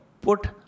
Put